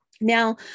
now